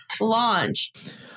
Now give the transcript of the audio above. launched